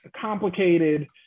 complicated